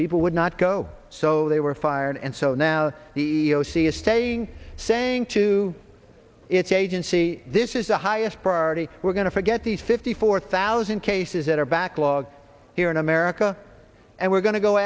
people would not go so they were fired and so now the sea is staying saying to its agency this is the highest priority we're going to forget the fifty four thousand cases that are backlog here in america and we're going to go